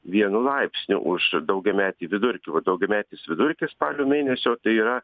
vienu laipsniu už daugiametį vidurkį o daugiametis vidurkis spalio mėnesio tai yra